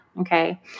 Okay